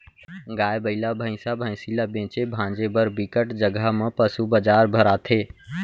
गाय, बइला, भइसा, भइसी ल बेचे भांजे बर बिकट जघा म पसू बजार भराथे